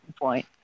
point